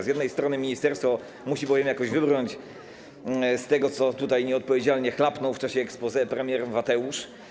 Z jednej strony ministerstwo musi bowiem jakoś wybrnąć z tego, co tutaj nieodpowiedzialnie chlapnął w czasie exposé premier Mateusz.